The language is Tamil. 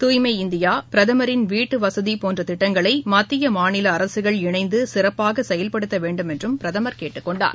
துய்மை இந்தியா பிரதமரின் வீட்டுவசதி போன்ற திட்டங்களை மத்திய மாநில அரசுகள் இணைந்து சிறப்பாக செயல்படுத்த வேண்டும் என்றும் பிரதமர் கேட்டுக் கொண்டார்